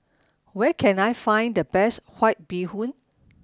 where can I find the best white bee hoon